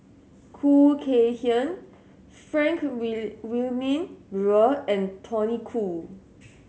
Khoo Kay Hian Frank We Wilmin Brewer and Tony Khoo